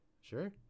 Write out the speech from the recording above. Sure